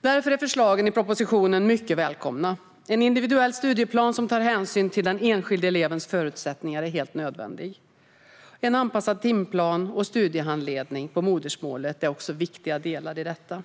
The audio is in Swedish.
Därför är förslagen i propositionen mycket välkomna. En individuell studieplan som tar hänsyn till den enskilda elevens förutsättningar är helt nödvändig. En anpassad timplan och studiehandledning på modersmålet är också viktiga delar i detta.